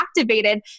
activated